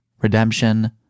redemption